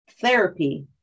therapy